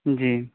جی